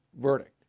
verdict